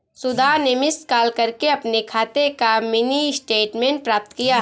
सुधा ने miss call करके अपने खाते का मिनी स्टेटमेंट प्राप्त किया